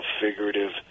figurative